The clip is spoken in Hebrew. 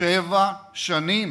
שבע שנים